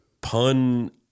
pun